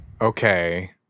Okay